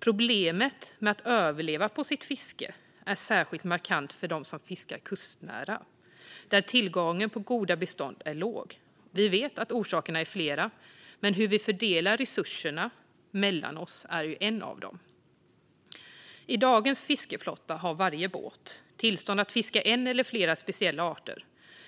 Problemet att överleva på sitt fiske är särskilt markant för dem som fiskar kustnära, där tillgången på goda bestånd är låg. Vi vet att orsakerna är flera, men hur vi fördelar resurserna mellan oss är en av dem. I dagens fiskeflotta har varje båt tillstånd att fiska en eller flera arter.